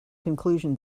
conclusion